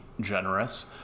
generous